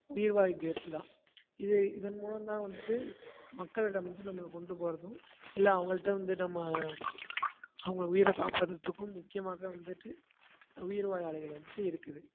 உயிர் வாயு கேஸு தான் இது இதன் மூலம் தான் வந்துட்டு மக்களிடம் வந்துட்டு நம்மள கொண்டு போகிறதும் இல்லை அவங்கள்ட்ட வந்து நம்ம அவங்க உயிரை காப்பாத்துறதுக்கும் முக்கியமாக வந்துட்டு உயிர் வாயு ஆலைகள் வந்துட்டு இருக்குது